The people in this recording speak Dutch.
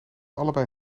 allebei